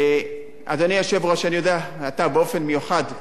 אדוני היושב-ראש, אני יודע שאתה, באופן מיוחד,